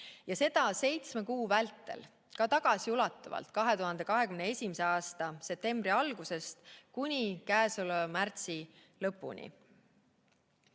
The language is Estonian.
Ja seda seitsme kuu vältel, ka tagasiulatuvalt 2021. aasta septembri algusest kuni käesoleva aasta märtsi lõpuni.